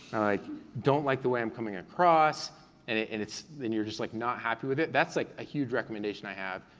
i don't like the way i'm coming across. and and it's, and you're just like not happy with it, that's like a huge recommendation i have,